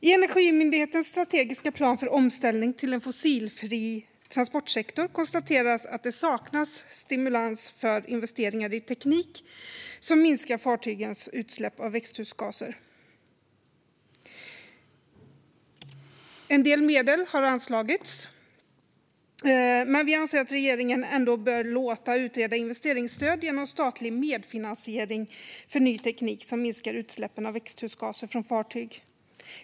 I Energimyndighetens strategiska plan för omställning till en fossilfri transportsektor konstateras att det saknas stimulans för investeringar i teknik som minskar fartygens utsläpp av växthusgaser. En del medel har anslagits, men vi anser att regeringen ändå bör låta utreda investeringsstöd genom statlig medfinansiering för ny teknik som minskar utsläppen av växthusgaser från fartyg.